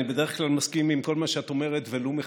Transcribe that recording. אני בדרך כלל מסכים לכל מה שאת אומרת, ולו מחשש,